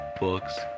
books